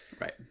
right